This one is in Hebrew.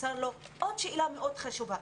נוצר לו עוד שאלה מאוד חשובה.